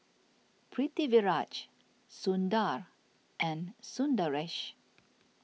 Pritiviraj Sundar and Sundaresh